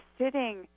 sitting